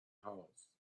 house